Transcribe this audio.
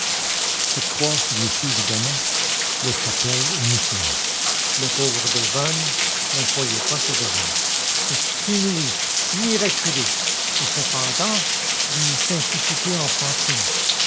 cette croix signifie évidemment la chapelle où nous sommes le pauvre devanne n'en croyait pas ses oreilles c'est inouï miraculeux et cependant d'une simplicité enfantine